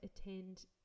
attend